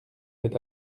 fait